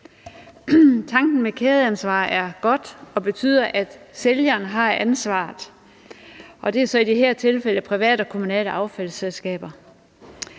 Tanken med kædeansvar er god. Den betyder, at sælgeren har ansvaret. Og det er så i det her tilfælde private og kommunale affaldsselskaber.